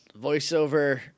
voiceover